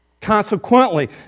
Consequently